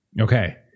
Okay